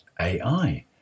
AI